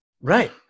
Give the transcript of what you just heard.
right